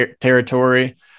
territory